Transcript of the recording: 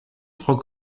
trois